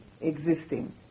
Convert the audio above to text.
existing